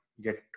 get